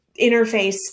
interface